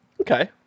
Okay